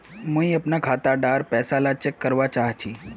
मुई अपना खाता डार पैसा ला चेक करवा चाहची?